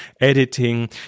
editing